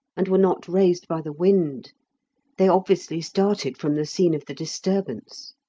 and were not raised by the wind they obviously started from the scene of the disturbance.